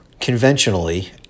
conventionally